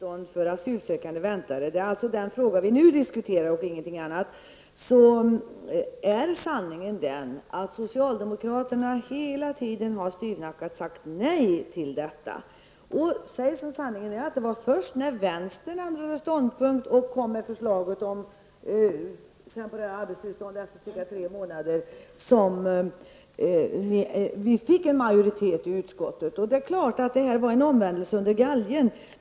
Herr talman! När det gäller den fråga som vi nu diskuterar, alltså temporära arbetstillstånd för väntande asylsökande, är sanningen den att socialdemokraterna hela tiden styvnackat har sagt nej till sådana. Erkänn att det var först när vänstern hade ändrat ståndpunkt och kommit med förslag om temporära arbetstillstånd efter tre månader som vi fick en majoritet i utskottet. Det är klart att det var en omvändelse under galgen.